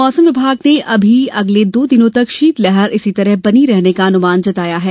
मौसम विभाग ने अमी अगले दो दिनों तक शीतलहर इसी तरह बनी रहने का अनुमान जताया है